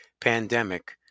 pandemic